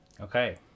Okay